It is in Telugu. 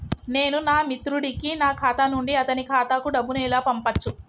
నేను నా మిత్రుడి కి నా ఖాతా నుండి అతని ఖాతా కు డబ్బు ను ఎలా పంపచ్చు?